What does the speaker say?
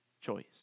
choice